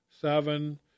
seven